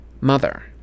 mother